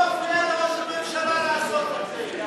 מה מפריע לראש הממשלה לעשות את זה?